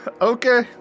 Okay